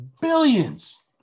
billions